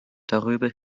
darüber